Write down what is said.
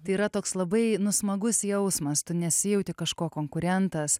tai yra toks labai nu smagus jausmas tu nesijauti kažko konkurentas